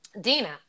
Dina